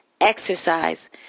Exercise